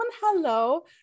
hello